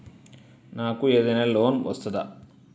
నాకు ఏదైనా లోన్ వస్తదా?